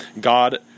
God